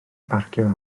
barcio